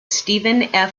stephen